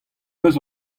eus